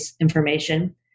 information